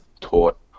taught